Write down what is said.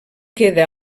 queda